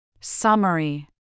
Summary